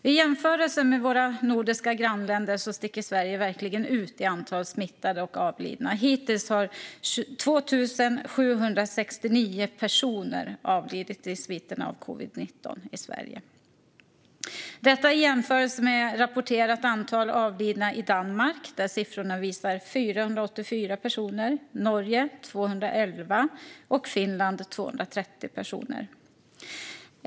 I jämförelse med våra nordiska grannländer sticker Sverige verkligen ut i antal smittade och avlidna. Hittills har 2 769 personer avlidit i sviterna av covid-19 i Sverige. Detta kan jämföras med rapporterat antal avlidna i Danmark, där siffrorna visar 484 personer. I Norge är det 211 personer som har avlidit och i Finland 230 personer.